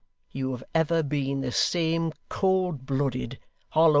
you have ever been the same cold-blooded,